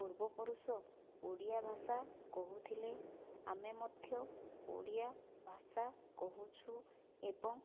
ପୂର୍ବପୁରୁଷ ଓଡ଼ିଆ ଭାଷା କହୁଥିଲେ ଆମେ ମଧ୍ୟ ଓଡ଼ିଆ ଭାଷା କହୁଛୁ ଏବଂ